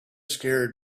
scared